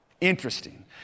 interesting